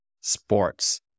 sports